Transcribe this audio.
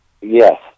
Yes